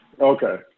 Okay